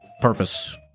purpose